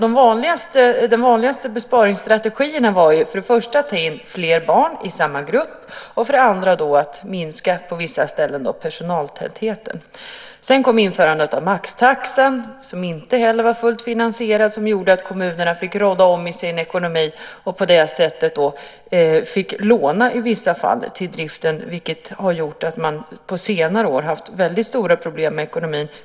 De vanligaste besparingsstrategierna var för det första att ta in fler barn i samma grupp och för det andra att minska personaltätheten på vissa ställen. Sedan kom införandet av maxtaxan. Den var inte heller fullt finansierad. Det gjorde att kommunerna fick rådda om i sin ekonomi. De fick i vissa fall låna till driften. Det har gjort att man på senare år haft väldigt stora problem med ekonomin.